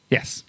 Yes